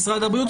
משרד הבריאות,